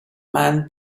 men